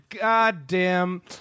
goddamn